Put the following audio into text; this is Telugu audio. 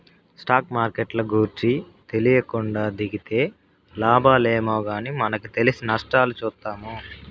స్టాక్ మార్కెట్ల గూర్చి తెలీకుండా దిగితే లాబాలేమో గానీ మనకు తెలిసి నష్టాలు చూత్తాము